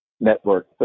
network